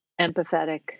empathetic